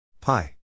pi